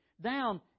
down